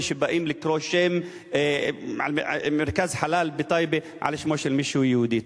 כשבאים לקרוא מרכז חלל בטייבה על שמו של מישהו יהודי.